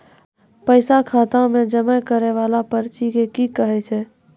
पैसा खाता मे जमा करैय वाला पर्ची के की कहेय छै?